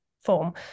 form